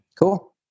Cool